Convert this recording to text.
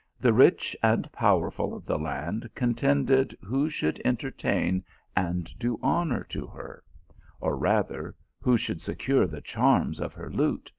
the rich and powerful of the land contended who should entertain and do honour to her or rather, who should secure the charms of her lute,